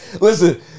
Listen